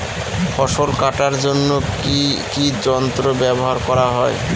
ফসল কাটার জন্য কি কি যন্ত্র ব্যাবহার করা হয়?